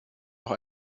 noch